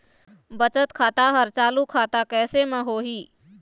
बचत खाता हर चालू खाता कैसे म होही?